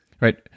right